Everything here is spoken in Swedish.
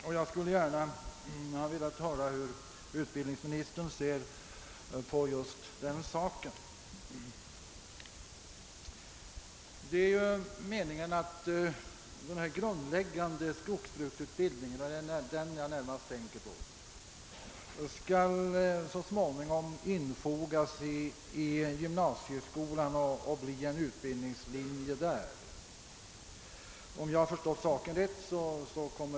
Om jag har förstått saken rätt kommer den grundläggande skogsbruksutbildningen — det är den jag närmast tänker på — så småningom att infogas i gymnasieskolan och bli en utbildningslinje där.